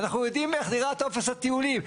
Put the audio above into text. אנחנו יודעים איך נראה טופס הטיולים.